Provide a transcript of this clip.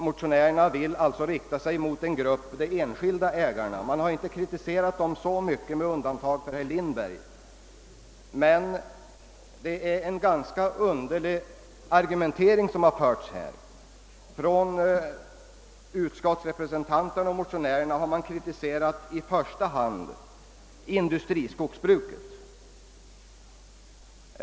Motionärerna riktar sig mot de enskilda ägarna. Med undantag av herr Lindberg har man ändå inte kritiserat dem så hårt. Man för en ganska underlig argumentering. Utskottsrepresentanterna och motionärerna har i första hand kritiserat industriskogsbruket.